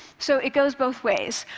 so it goes both ways.